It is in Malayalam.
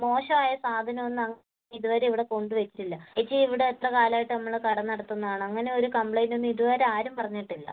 മോശമായ സാധനം ഒന്നും അങ്ങനെ ഇത് വരെ ഇവിടെ കൊണ്ട് വച്ചില്ല ചേച്ചി ഇവിടെ എത്ര കാലമായിട്ട് നമ്മൾ കട നടത്തുന്നതാണ് അങ്ങനെ ഒരു കംപ്ലയിൻറ്റ് ഒന്നും ഇത് വരെ ആരും പറഞ്ഞിട്ടില്ല